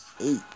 eight